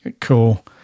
cool